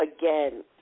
again